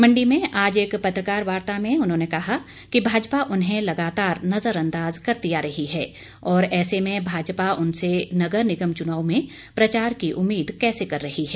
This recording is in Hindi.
मंडी में आज एक पत्रकार वार्ता में उन्होंने कहा कि भाजपा उन्हें लगातार नज़रअंदाज करती आ रही हैं और ऐसे में भाजपा उनसे नगर निगम चुनाव में प्रचार की उम्मीद कैसे कर रही हैं